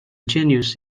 genus